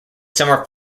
summer